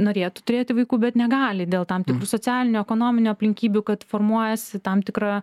norėtų turėti vaikų bet negali dėl tam tikrų socialinių ekonominių aplinkybių kad formuojasi tam tikra